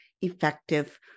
effective